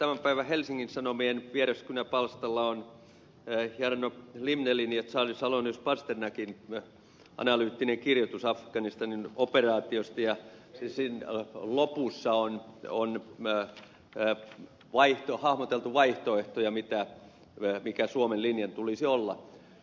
tämän päivän helsingin sanomien vieraskynä palstalla on jarno limnellin ja charly salonius pasternakin analyyttinen kirjoitus afganistanin operaatiosta ja sen lopussa on hahmoteltu vaihtoehtoja mikä suomen linjan tulisi olla